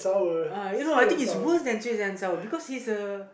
uh you know I think it's worth until because is a